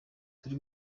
turi